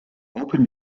open